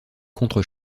contre